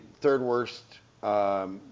third-worst